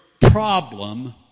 problem